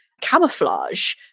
camouflage